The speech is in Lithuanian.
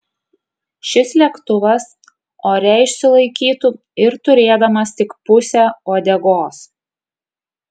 šis lėktuvas ore išsilaikytų ir turėdamas tik pusę uodegos